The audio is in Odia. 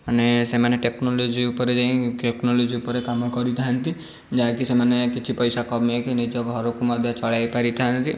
ମାନେ ସେମାନେ ଟେକ୍ନୋଲୋଜି ଉପରେ ଯାଇ ଟେକ୍ନୋଲୋଜି ଉପରେ କାମ କରିଥାନ୍ତି ଯାହାକି ସେମାନେ କିଛି ପଇସା କମାଇକି ନିଜ ଘରକୁ ମଧ୍ୟ ଚଳାଇ ପାରିଥାନ୍ତି